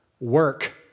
work